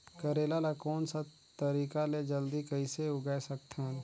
करेला ला कोन सा तरीका ले जल्दी कइसे उगाय सकथन?